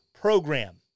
program